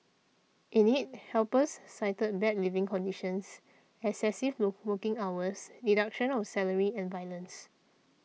in it helpers cited bad living conditions excessive working hours deduction of salary and violence